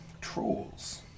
trolls